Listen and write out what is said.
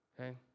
Okay